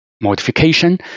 modification